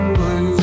blue